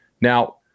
Now